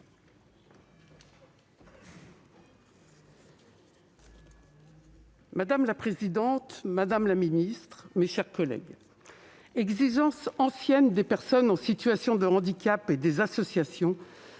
Madame la présidente, madame la secrétaire d'État, mes chers collègues, exigence ancienne des personnes en situation de handicap et des associations,